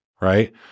right